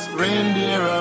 reindeer